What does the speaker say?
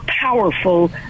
powerful